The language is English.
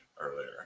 earlier